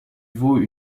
vaut